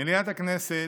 מליאת הכנסת,